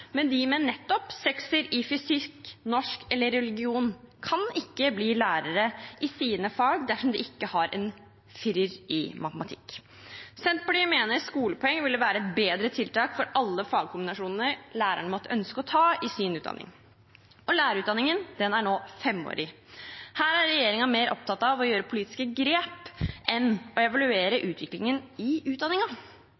Men de med en sekser i fysikk, norsk eller religion kan ikke bli lærere i sine fag dersom de ikke har en firer i matematikk. Senterpartiet mener at skolepoeng ville være et bedre tiltak for alle fagkombinasjoner lærerstudenten måtte ønske å ta i sin utdanning. Lærerutdanningen er nå femårig. Regjeringen er mer opptatt av å ta politiske grep enn å evaluere